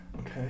Okay